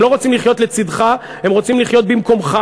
הם לא רוצים לחיות לצדך, הם רוצים לחיות במקומך.